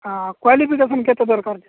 ହଁ କ୍ୱାଲିଫିକେସନ କେତେ ଦରକାର ଅଛି